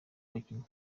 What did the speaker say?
abakinnyi